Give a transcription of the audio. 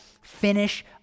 finish